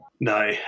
No